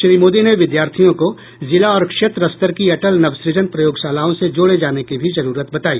श्री मोदी ने विद्यार्थियों को जिला और क्षेत्र स्तर की अटल नवसुजन प्रयोगशालाओं से जोड़े जाने की भी जरूरत बताई